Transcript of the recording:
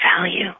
value